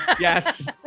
Yes